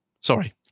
Sorry